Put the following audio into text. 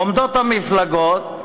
עומדות המפלגות,